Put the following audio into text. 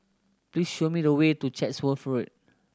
please show me the way to Chatsworth Road